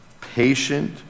patient